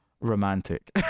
romantic